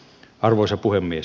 arvoisa puhemies